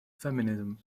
feminism